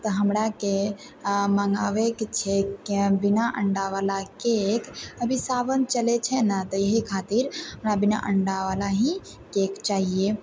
तऽ हमरा के मँगावयके छै बिना अण्डा वाला केक अभी सावन चलै छै ने तऽ इहे खातिर हमरा बिना अण्डा वाला ही केक चाहिए